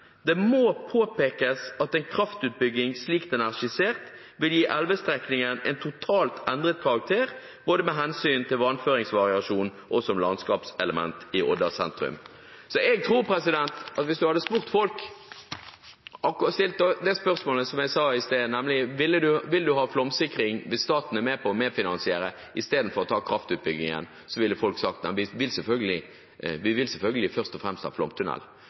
må likevel påpekes at en kraftutbygging slik den er skissert vil gi elvestrekningen en totalt endret karakter, både med hensyn til vannføringsvariasjon og som landskapselement i Odda sentrum.» Jeg tror at hvis man hadde spurt folk, stilt det spørsmålet som jeg stilte i stad – om de vil ha flomsikring hvis staten er med på å medfinansiere, istedenfor å ta kraftutbyggingen – ville folk sagt at de selvfølgelig først og fremst vil ha flomtunnel.